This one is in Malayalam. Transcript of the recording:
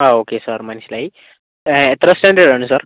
ആ ഓക്കെ സാർ മനസിലായി എത്രാം സ്റ്റാൻഡേർഡ് ആണ് സർ